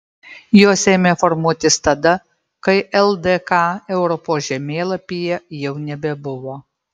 jos ėmė formuotis tada kai ldk europos žemėlapyje jau nebebuvo